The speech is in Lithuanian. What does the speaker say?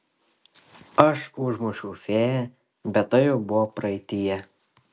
aš užmušiau fėją bet tai jau buvo praeityje